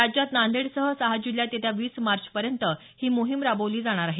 राज्यात नांदेडसह सहा जिल्ह्यात येत्या वीस मार्च पर्यंत ही मोहीम राबवली जाणार आहे